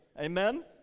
amen